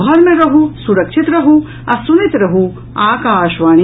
घर मे रहू सुरक्षित रहू आ सुनैत रहू आकाशवाणी